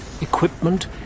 equipment